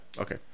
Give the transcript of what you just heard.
Okay